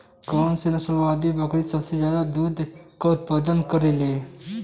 कौन से नसल वाली बकरी सबसे ज्यादा दूध क उतपादन करेली?